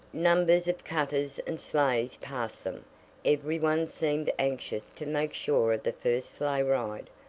numbers of cutters and sleighs passed them every one seemed anxious to make sure of the first sleigh-ride.